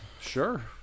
Sure